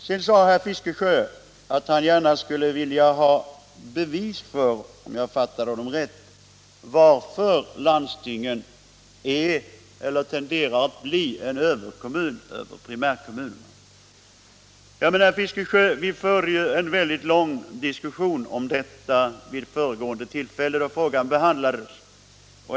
Sedan sade herr Fiskesjö, om jag fattade honom rätt, att han gärna skulle vilja ha bevis för att landstingen är eller tenderar att bli överkommuner över primärkommunerna. Ja men, herr Fiskesjö, vi förde ju en synnerligen lång diskussion om detta vid föregående tillfälle då frågan behandlades!